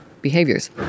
behaviors